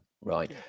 right